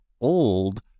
old